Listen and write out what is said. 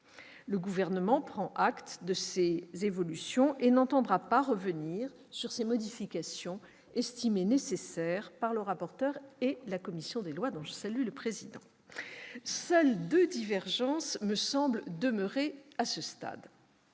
Le Gouvernement en prend acte et n'entendra pas revenir sur ces modifications, estimées nécessaires par le rapporteur et la commission des lois, dont je salue le président. Seules deux divergences me semblent demeurer à ce stade.